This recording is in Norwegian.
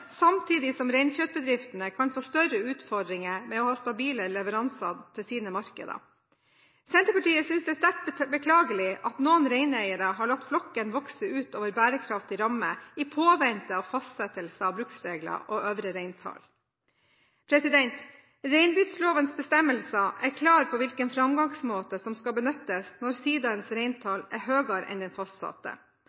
samtidig som reinkjøttbedriftene kan få større utfordringer med å ha stabile leveranser til sine markeder. Senterpartiet synes det er sterkt beklagelig at noen reineiere har latt flokken vokse utover bærekraftig ramme i påvente av fastsettelse av bruksregler og øvre reintall. Reindriftslovens bestemmelser er klare på hvilken framgangsmåte som skal benyttes når